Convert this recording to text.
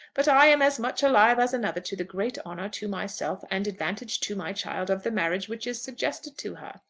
but i am as much alive as another to the great honour to myself and advantage to my child of the marriage which is suggested to her.